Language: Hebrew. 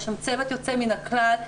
יש שם צוות יוצא מן הכלל,